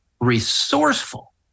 resourceful